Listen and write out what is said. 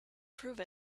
prove